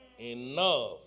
Enough